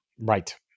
Right